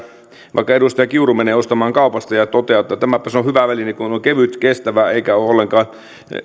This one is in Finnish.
vaikka edustaja kiuru menee ostamaan kaupasta ja toteaa että tämäpäs on hyvä väline kun on kevyt ja kestävä eikä ole ollenkaan